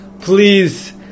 please